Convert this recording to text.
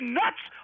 nuts